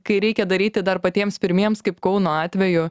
kai reikia daryti dar patiems pirmiems kaip kauno atveju